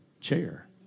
chair